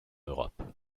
europe